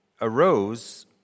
arose